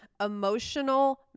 emotional